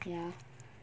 ya